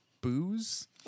booze